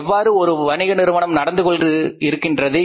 எவ்வாறு ஒரு வணிக நிறுவனம் நடந்து கொள்கின்றது